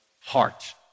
heart